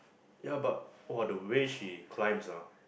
ya but !wah! the way she climbs ah